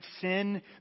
sin